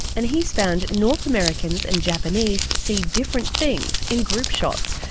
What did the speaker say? and he's found north americans and japanese see different things in group shots,